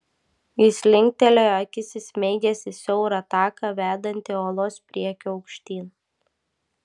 jis linktelėjo akis įsmeigęs į siaurą taką vedantį uolos priekiu aukštyn